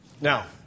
Now